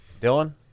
dylan